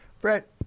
Brett